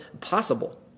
possible